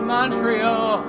Montreal